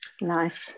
Nice